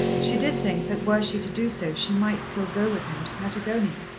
she did think that were she to do so she might still go with him to patagonia.